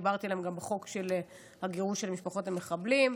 שדיברתי עליהם גם בחוק הגירוש של משפחות המחבלים.